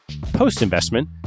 Post-investment